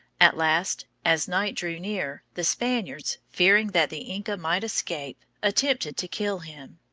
at last, as night drew near, the spaniards, fearing that the inca might escape, attempted to kill him.